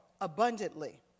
abundantly